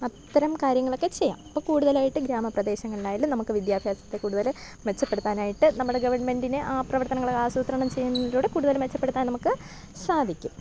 അത്തരം കാര്യങ്ങളൊക്കെ ചെയ്യാം ഇപ്പോൾ കൂടുതലായിട്ട് ഗ്രാമ പ്രദേശങ്ങളിൽ ആയാലും നമുക്ക് വിദ്യാഭ്യാസത്തെ കൂടുതൽ മെച്ചപ്പെടുത്താനായിട്ട് നമ്മുടെ ഗവൺമെൻ്റിനെ ആ പ്രവർത്തനങ്ങൾ ആസൂത്രണം ചെയ്യുന്നതിലൂടെ കൂടുതൽ മെച്ചപ്പെടുത്താൻ നമുക്ക് സാധിക്കും